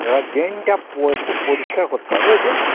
এবার ড্রেনটা প একটু পরিষ্কার করতে হবে বুঝেছ